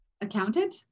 Accounted